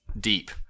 deep